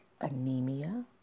anemia